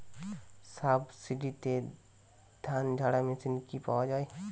সাবসিডিতে ধানঝাড়া মেশিন কি পাওয়া য়ায়?